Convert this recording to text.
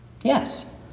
Yes